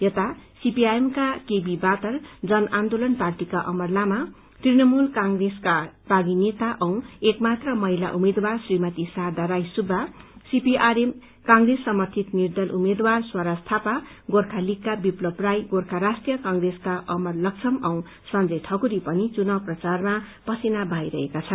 यता सीपीआइएमका केबी वातर जन आन्दोलन पार्टीका अमर लामा तृ णमूल कंप्रेसका बागी नेता औ एक मात्र महिला उम्मेद्वार श्रीमती शारदा राई सुब्वा सीपीआरएम कंग्रेस समर्थित निर्दल उम्मेद्वार स्वराज थापा गोर्खा लीगका विस्लव राई गोर्खा राष्ट्रीय कंग्रेसका अमर लक्षम औ संजय ठकुरी पनि चुनाव प्रचारमा पसिना बहाइरहेका छन्